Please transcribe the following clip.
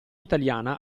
italiana